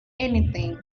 anything